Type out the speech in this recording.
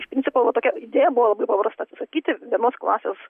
iš principo va tokia idėja buvo labai paprasta atsisakyti vienos klasės